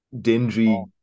dingy